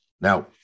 Now